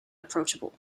approachable